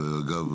ואגב,